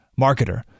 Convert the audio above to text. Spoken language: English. marketer